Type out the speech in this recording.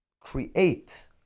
create